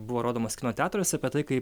buvo rodomas kino teatruose apie tai kaip